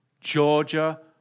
Georgia